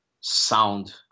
sound